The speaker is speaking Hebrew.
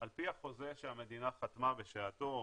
על פי החוזה שהמדינה חתמה בשעתו,